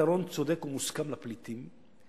פתרון צודק ומוסכם לפליטים,